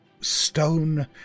stone